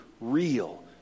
real